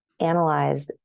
analyze